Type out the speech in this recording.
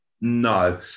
No